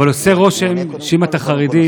אבל עושה רושם שאם אתה חרדי,